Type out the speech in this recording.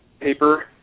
paper